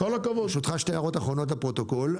ברשותך שתי הערות אחרונות לפרוטוקול.